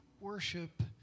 worship